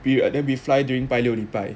period then we fly during 拜六礼拜